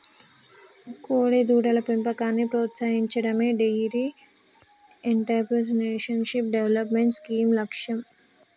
కోడెదూడల పెంపకాన్ని ప్రోత్సహించడమే డెయిరీ ఎంటర్ప్రెన్యూర్షిప్ డెవలప్మెంట్ స్కీమ్ లక్ష్యం